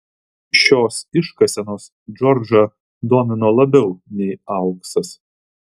šios iškasenos džordžą domino labiau nei auksas